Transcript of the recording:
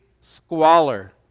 squalor